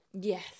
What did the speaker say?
Yes